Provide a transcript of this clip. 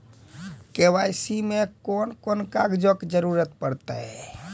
KYC मे कून कून कागजक जरूरत परतै?